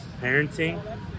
parenting